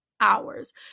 hours